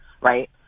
right